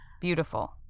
Beautiful